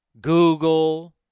Google